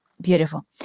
Beautiful